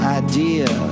idea